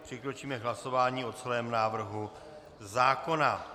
Přikročíme k hlasování o celém návrhu zákona.